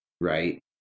right